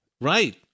Right